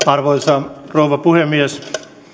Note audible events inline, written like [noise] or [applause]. [unintelligible] arvoisa rouva puhemies